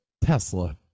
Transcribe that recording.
Tesla